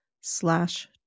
slash